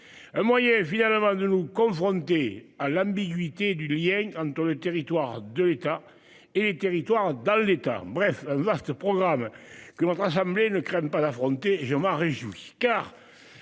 Un moyen finalement de nous confronter à l'ambiguïté du lien entre le territoire de l'État et les territoires dans l'État. Bref, vaste programme que votre assemblée ne craignent pas l'affronter, je m'en réjouis